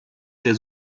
der